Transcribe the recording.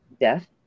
death